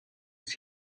sie